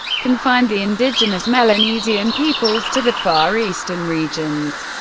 confined the indigenous melanesian peoples to the far eastern regions.